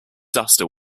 duster